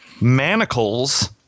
manacles